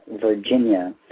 Virginia